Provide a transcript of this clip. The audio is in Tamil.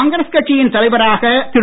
காங்கிரஸ் கட்சியின் தலைவராக திரு